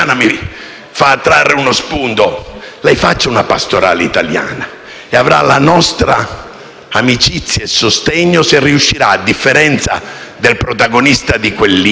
fa trarre uno spunto: lei faccia una pastorale italiana, e avrà la nostra amicizia e il nostro sostegno se, a differenza del protagonista di quel libro,